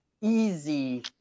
easy